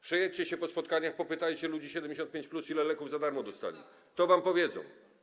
Przejedźcie się po spotkaniach, popytajcie ludzi 75+, ile leków za darmo dostali, to wam powiedzą.